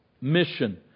mission